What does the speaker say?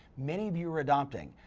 many of you are adopting.